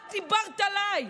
את דיברת עליי.